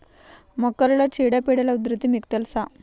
మొక్కలలో చీడపీడల ఉధృతి మీకు తెలుసా?